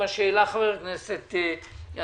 מה שהעלה חבר הכנסת אזולאי,